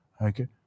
Okay